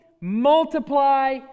multiply